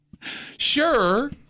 Sure